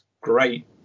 great